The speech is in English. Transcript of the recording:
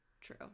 True